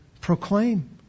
proclaim